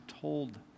told